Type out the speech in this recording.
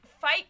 fight